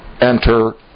enter